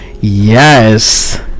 yes